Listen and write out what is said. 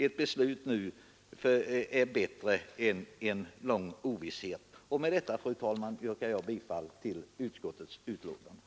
Ett beslut nu är bättre än en lång ovisshet. Med detta, fru talman, yrkar jag bifall till utskottets hemställan.